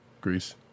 Greece